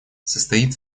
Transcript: состоит